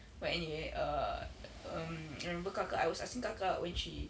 but anyway err um remember kakak I was asking kakak when she